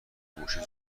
موشه